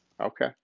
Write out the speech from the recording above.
Okay